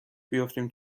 بیفتیم